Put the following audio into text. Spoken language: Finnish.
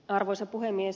arvoisa puhemies